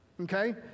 Okay